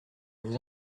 vous